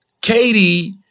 Katie